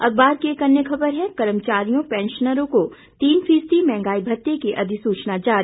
अखबार की अन्य ख़बर है कर्मचारियों पैंशनरों को तीन फीसदी मंहगाई भत्ते की अधिसूचना जारी